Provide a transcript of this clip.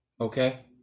Okay